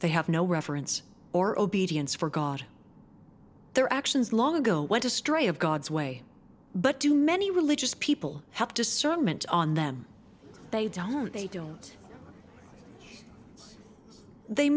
they have no reference or obedience for god their actions long ago went astray of god's way but do many religious people have discernment on them they don't they don't they